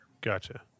Gotcha